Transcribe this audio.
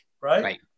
right